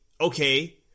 okay